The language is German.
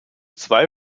zwei